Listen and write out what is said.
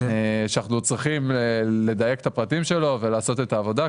שאנחנו צריכים לדייק את הפרטים שלו ולעשות את העבודה.